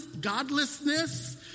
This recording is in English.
godlessness